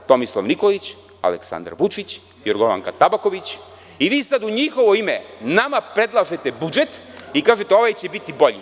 Tomislav Nikolić, Aleksandar Vučić, Jorgovanka Tabaković i sada u njihovo ime nama predlažete budžet i kažete – ovaj će biti bolji.